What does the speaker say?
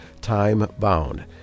time-bound